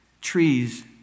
trees